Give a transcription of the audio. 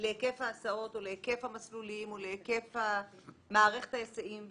להיקף ההסעות או להיקף המסלולים או להיקף מערכת ההיסעים בפועל.